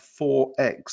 4x